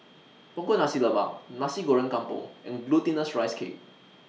Punggol Nasi Lemak Nasi Goreng Kampung and Glutinous Rice Cake